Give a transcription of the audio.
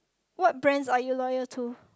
what brands are you loyal to